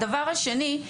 הדבר השני,